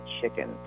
chicken